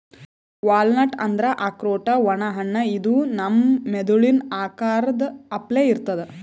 walnut ಅಂದ್ರ ಆಕ್ರೋಟ್ ಒಣ ಹಣ್ಣ ಇದು ನಮ್ ಮೆದಳಿನ್ ಆಕಾರದ್ ಅಪ್ಲೆ ಇರ್ತದ್